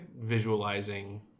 visualizing